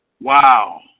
Wow